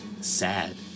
sad